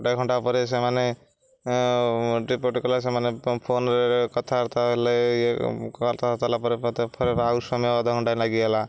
ଗୋଟାଏ ଘଣ୍ଟା ପରେ ସେମାନେ ରିପୋର୍ଟ କଲେ ସେମାନେ ଫୋନ୍ରେ କଥାବାର୍ତ୍ତା ହେଲେ ଇଏ କଥାବାର୍ତ୍ତା ହେଲା ପରେ ପରେ ଆଉ ସମୟ ଅଧଘଣ୍ଟା ଲାଗିଗଲା